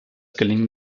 gelingen